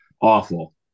awful